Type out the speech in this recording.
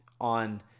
on